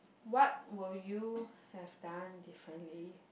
what will you have done differently